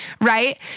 right